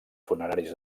funeraris